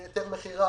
להיתר מכירה,